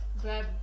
grab